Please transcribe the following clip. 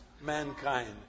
mankind